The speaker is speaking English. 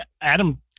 Adam